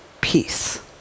peace